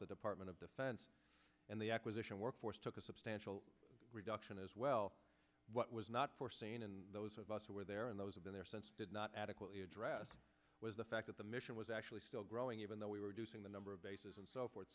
the department of defense and the acquisition workforce took a substantial reduction as well what was not foreseen and those of us who were there and those have been there since did not adequately address was the fact that the mission was actually still growing even though we were doing the number of bases and so forth